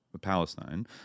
Palestine